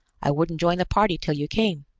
i wouldn't join the party till you came.